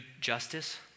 justice